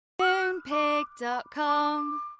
Moonpig.com